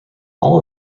all